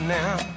now